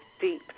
deep